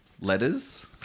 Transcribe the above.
letters